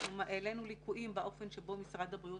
אנחנו העלינו ליקויים באופן שבו משרד הבריאות